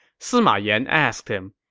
sima yan asked him,